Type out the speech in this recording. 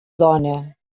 dona